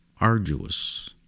arduous